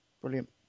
Brilliant